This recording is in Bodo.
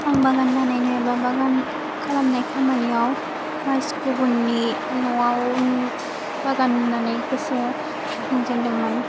आं बागान बानायनाय एबा बागान खालामनाय खामानियाव फार्स्ट गुबुननि न'आव बागान नुनानै गोसोआ जाखांजेनदोंमोन